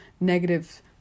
negative